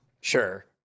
Sure